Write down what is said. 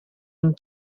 une